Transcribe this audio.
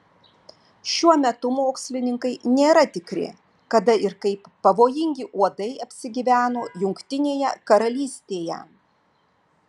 šiuo metu mokslininkai nėra tikri kada ir kaip pavojingi uodai apsigyveno jungtinėje karalystėje